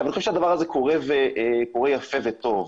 אני חושב שהדבר הזה קורה וקורה יפה וטוב.